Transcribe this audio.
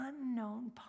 unknown